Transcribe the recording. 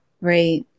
Right